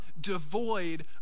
devoid